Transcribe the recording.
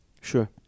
Sure